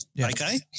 Okay